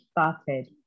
started